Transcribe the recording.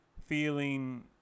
feeling